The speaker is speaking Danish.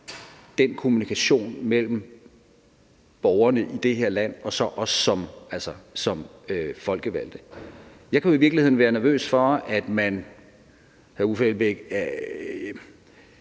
den kommunikation mellem borgerne i det her land og så os som folkevalgte. Jeg kunne jo i virkeligheden være nervøs for, at man laver en